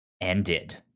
ended